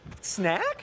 Snack